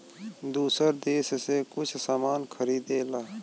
दूसर देस से कुछ सामान खरीदेला